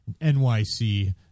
NYC